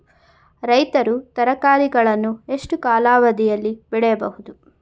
ರೈತರು ತರಕಾರಿಗಳನ್ನು ಎಷ್ಟು ಕಾಲಾವಧಿಯಲ್ಲಿ ಬೆಳೆಯಬಹುದು?